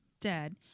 Dead